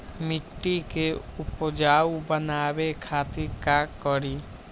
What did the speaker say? मिट्टी के उपजाऊ बनावे खातिर का करी?